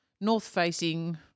north-facing